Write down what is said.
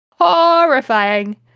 horrifying